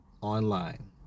online